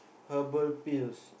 herbal pills